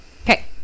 okay